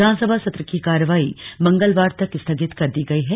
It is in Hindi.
विधानसभा सत्र की कार्यवाही मंगलवार तक स्थगित कर दी गई है